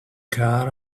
car